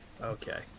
Okay